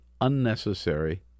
unnecessary